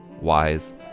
wise